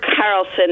carlson